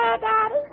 Daddy